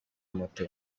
moto